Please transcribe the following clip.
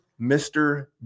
Mr